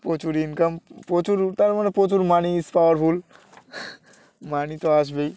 প্রচুর ইনকাম প্রচুর তার মানে প্রচুর মানি ইজ পাওয়ারফুল মানি তো আসবেই